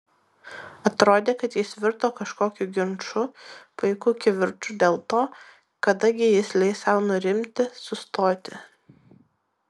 atrodė kad jis virto kažkokiu ginču paiku kivirču dėl to kada gi jis leis sau nurimti sustoti